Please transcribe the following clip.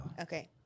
okay